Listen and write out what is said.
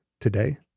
today